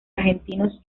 argentinos